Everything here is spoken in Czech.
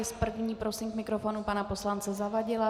Prvního prosím k mikrofonu pana poslance Zavadila.